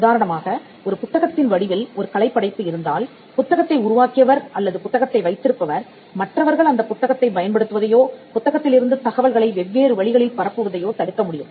உதாரணமாக ஒரு புத்தகத்தின் வடிவில் ஒரு கலைப்படைப்பு இருந்தால் புத்தகத்தை உருவாக்கியவர் அல்லது புத்தகத்தை வைத்திருப்பவர் மற்றவர்கள் அந்தப்புத்தகத்தை பயன்படுத்துவதையோ புத்தகத்திலிருந்து தகவல்களை வெவ்வேறு வழிகளில் பரப்புவதையோ தடுக்க முடியும்